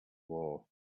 war